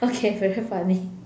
okay very funny